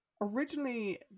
Originally